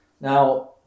Now